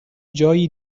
جایی